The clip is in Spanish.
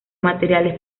materiales